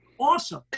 awesome